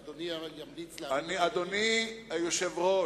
האם אדוני ימליץ, אדוני היושב-ראש,